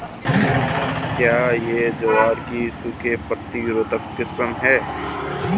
क्या यह ज्वार की सूखा प्रतिरोधी किस्म है?